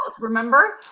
remember